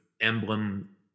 emblem